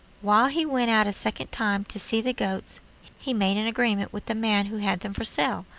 while he went out a second time to see the goats he made an agreement with the man who had them for sale,